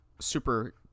super